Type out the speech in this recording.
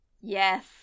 Yes